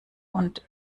und